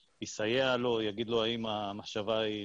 שיסייע לו, יגיד לו האם המחשבה היא נכונה,